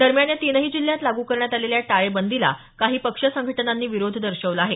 दरम्यान या तीनही जिल्ह्यात लागू करण्यात आलेल्या टाळेबंदीला काही पक्ष संघटनांनी विरोध दर्शवला आहे